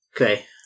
Okay